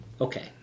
okay